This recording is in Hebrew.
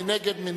מי נגד?